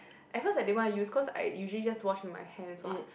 ever daddy want I use cause I usually just wash with my hands what